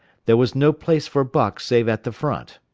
there was no place for buck save at the front.